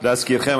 להזכירכם,